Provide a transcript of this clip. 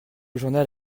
journal